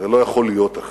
הרי לא יכול להיות אחרת.